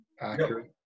accurate